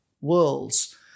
worlds